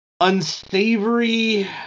unsavory